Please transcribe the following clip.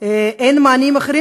אין מענה מדויק,